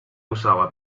usava